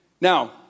Now